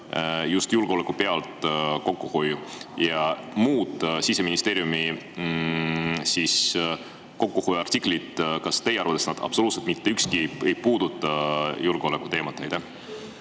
just julgeoleku pealt kokkuhoidu? Ja muud Siseministeeriumi kokkuhoiuartiklid – kas teie arvates need absoluutselt mitte ükski ei puuduta julgeoleku teemat?